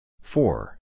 Four